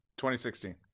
2016